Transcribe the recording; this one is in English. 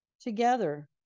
together